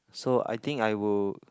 so I think I will